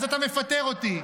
אז אתה מפטר אותי.